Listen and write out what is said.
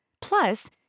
Plus